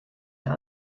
der